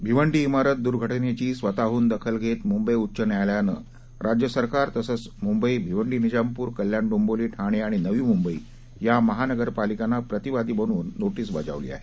भिवंडी इमारत दुर्घटनेची स्वतःहून दखल घेत मुंबई उच्च न्यायालयानं राज्यसरकार तसंच मुंबई भिवंडी निजामपूर कल्याण डोंबिवली ठाणे आणि नवी मुंबई या महानगरपालिकांना प्रतिवादी बनवून नोटीस बजावली आहे